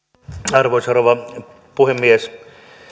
arvoisa rouva puhemies